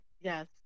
yes